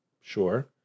sure